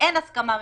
אין הסכמה ממשלתית,